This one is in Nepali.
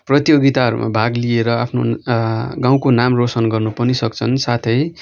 प्रतियोगिताहरूमा भाग लिएर आफ्नो गाउँको नाम रोशन गर्नु पनि सक्छन् साथै